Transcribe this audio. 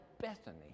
Bethany